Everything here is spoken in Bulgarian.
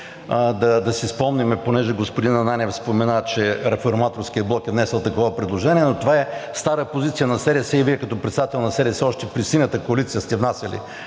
да си спомним, понеже господин Ананиев спомена, че Реформаторският блок е внесъл такова предложение, но това е стара позиция на СДС и Вие като председател на СДС още при Синята коалиция сте внасяли